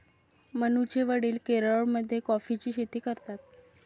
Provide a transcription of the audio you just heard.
मनूचे वडील केरळमध्ये कॉफीची शेती करतात